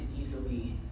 easily